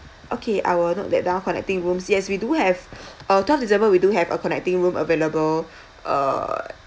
okay I will note that down connecting rooms yes we do have uh twelfth december we do have a connecting room available uh